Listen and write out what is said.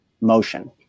motion